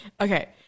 Okay